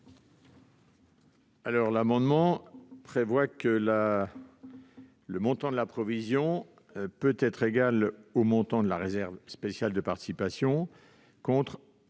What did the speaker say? présent amendement prévoit que le montant de cette provision peut être égal au montant de la réserve spéciale de participation, contre